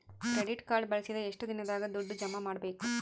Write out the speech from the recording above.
Credit card ಬಳಸಿದ ಎಷ್ಟು ದಿನದಾಗ ದುಡ್ಡು ಜಮಾ ಮಾಡ್ಬೇಕು?